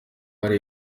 hari